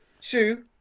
two